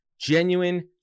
genuine